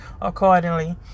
accordingly